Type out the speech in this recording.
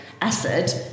acid